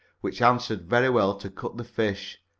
which answered very well to cut the fish.